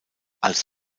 als